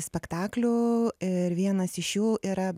spektaklių ir vienas iš jų yra